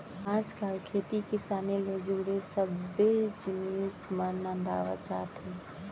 आज काल खेती किसानी ले जुड़े सब्बे जिनिस मन नंदावत जात हें